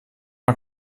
mal